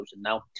now